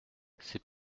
c’est